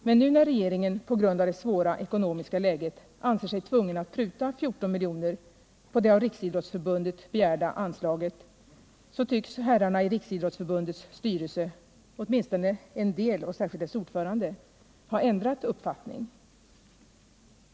Men nu när regeringen på grund av det svåra ekonomiska läget anser sig tvungen att pruta 14 miljoner på det av Riksidrottsförbundet begärda anslaget tycks herrarna i Riksidrottsförbundets styrelse — åtminstone en del och särskilt dess ordförande — ha ändrat uppfattning.